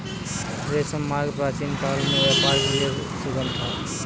रेशम मार्ग प्राचीनकाल में व्यापार के लिए सुगम था